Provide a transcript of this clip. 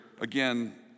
again